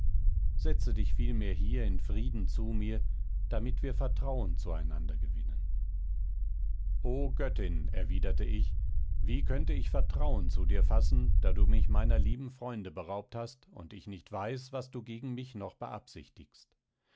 setze dich vielmehr hier in frieden zu mir damit wir vertrauen zu einander gewinnen o göttin erwiderte ich wie könnte ich vertrauen zu dir fassen da du mich meiner lieben freunde beraubt hast und ich nicht weiß was du gegen mich noch beabsichtigst